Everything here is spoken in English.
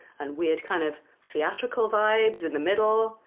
and weird kind of theatrical vibes in the middle.